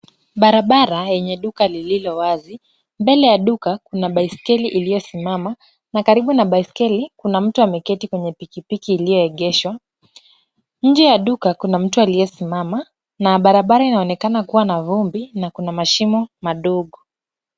Barabara yenye duka lililo wazi. Mbele ya duka kuna baiskeli iliyosimama na karibu na baiskeli kuna mtu ameketi kwenye pikipiki iliyoegeshwa. Nje ya duka kuna mtu aliyesimama na barabara inaonekana kuwa na vumbi na kuna mashimo madogo.